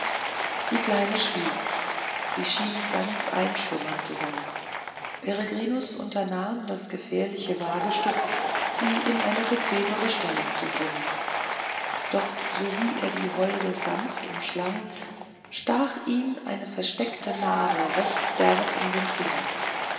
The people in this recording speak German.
die kleine schwieg sie schien ganz einschlummern zu wollen peregrinus unternahm das gefährliche wagestück sie in eine bequemere stellung zu bringen doch sowie er die holde sanft umschlang stach ihn eine versteckte nadel recht derb in den finger